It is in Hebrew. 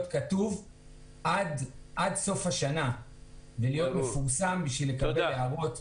כתוב עד סוף השנה ולהיות מפורסם כדי לקבל הערות מאתנו,